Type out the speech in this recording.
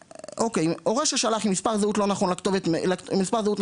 הורה ששלח עם מספר זהות נכון, ייקלט.